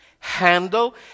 handle